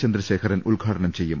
ചന്ദ്രശേഖരൻ ഉദ്ഘാടനം ചെയ്യും